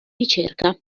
ricerca